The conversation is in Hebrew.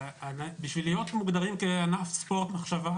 כדי להיות מוגדרים כענף ספורט מחשבה,